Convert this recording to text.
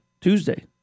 Tuesday